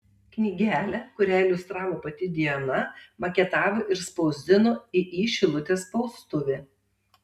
knygelę kurią iliustravo pati diana maketavo ir spausdino iį šilutės spaustuvė